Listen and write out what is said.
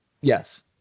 yes